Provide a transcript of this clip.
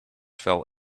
fell